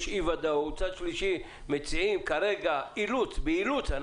יש אי ודאות ומצד שלישי באילוץ אנחנו